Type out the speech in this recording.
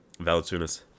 valentunas